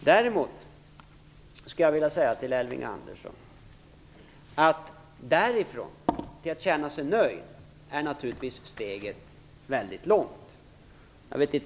Däremot skulle jag vilja säga till Elving Andersson att steget därifrån till att känna sig nöjd är väldigt långt.